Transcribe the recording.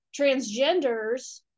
transgenders